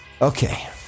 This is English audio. Okay